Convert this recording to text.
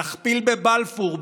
נכפיל בבלפור,